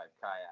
kayak